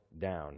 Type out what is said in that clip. down